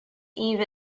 eve